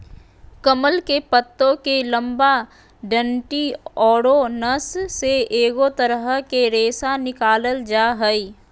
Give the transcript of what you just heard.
कमल के पत्तो के लंबा डंडि औरो नस से एगो तरह के रेशा निकालल जा हइ